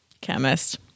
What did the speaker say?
chemist